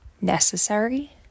necessary